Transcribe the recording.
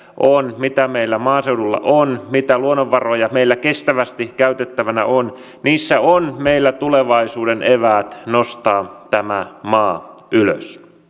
on mitä meillä maaseudulla on mitä luonnonvaroja meillä kestävästi käytettävänä on niin niissä on meillä tulevaisuuden eväät nostaa tämä maa ylös